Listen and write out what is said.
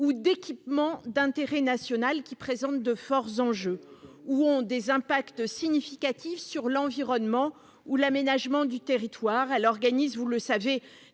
ou d'équipement d'intérêt national qui présentent de forts enjeux ou ont des incidences significatives sur l'environnement ou l'aménagement du territoire. Elle organise, vous le savez,